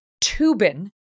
Tubin